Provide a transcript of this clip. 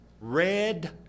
red